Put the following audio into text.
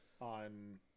on